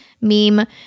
meme